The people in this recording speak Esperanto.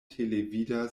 televida